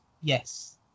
yes